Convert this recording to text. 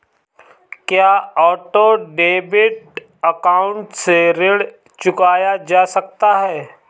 क्या auto debit account से ऋण चुकाया जा सकता है?